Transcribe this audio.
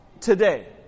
today